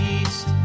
east